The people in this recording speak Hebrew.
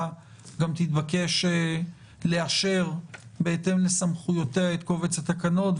תתבקש גם לאשר בהתאם לסמכויותיה את קובץ התקנות,